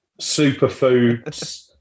Superfoods